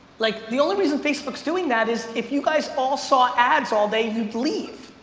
like the only reason facebook's doing that is if you guys all saw ads all day, you'd leave.